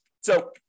So-